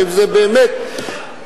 באמת,